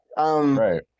Right